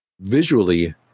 visually